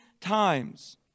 times